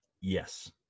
Yes